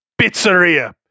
pizzeria